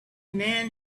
man